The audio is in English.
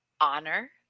Honor